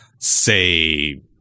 say